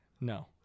No